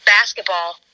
basketball